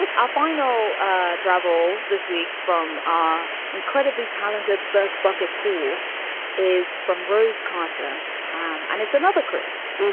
but ah final ah drabble this week from are incredibly talented. first bucket pool is from rose cossa um and it's another chris.